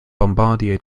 bombardier